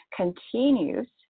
continues